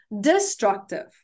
destructive